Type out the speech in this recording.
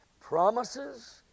promises